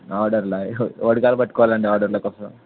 ఆర్డర్లో ఎవరి కాలు పట్టుకోవాలండి ఆర్డర్ల కోసం